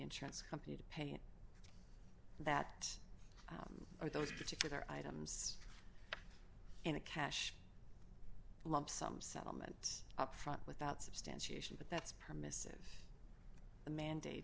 insurance company to pay that or those particular items in a cash lump sum settlement up front without substantiation but that's permissive the mandate